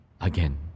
again